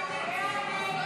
הסתייגות 120